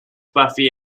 buffy